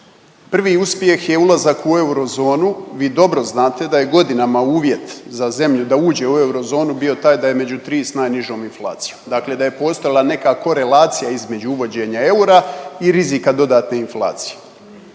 Prvi uspjeh je ulazak u eurozonu, vi dobro znate da je godinama uvjet za zemlju da uđe u eurozonu bio taj da je među 3 s najnižom inflacijom, dakle da je postojala neka korelacija između uvođenja eura i rizika dodatne inflacije.